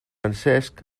francesc